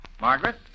Margaret